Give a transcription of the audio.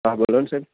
હા બોલો ને સાહેબ